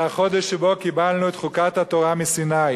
זה החודש שבו קיבלנו את חוקת התורה מסיני.